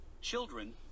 children